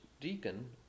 Deacon